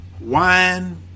wine